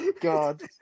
god